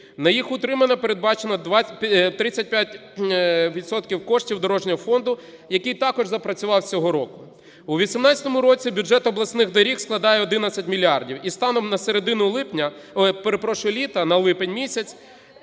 на їх утримання передбачено 35 відсотків коштів Дорожнього фонду, який також запрацював з цього року. У 18-му році бюджет обласних доріг складає 11 мільярдів і станом на середину липня,